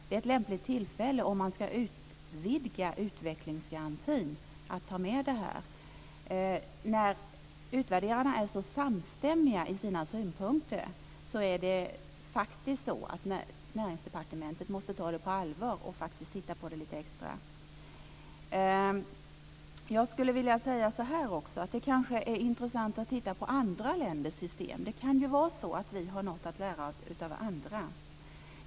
Det är ett lämpligt tillfälle, om man ska utvidga utvecklingsgarantin, att ta med detta förslag. När utvärderarna är så samstämmmiga i sina synpunkter måste Näringsdepartementet ta det på allvar och titta på det lite extra. Det kanske är intressant att titta på andra länders system. Det kan vara så att vi har något att lära av andra.